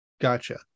Gotcha